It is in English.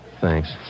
Thanks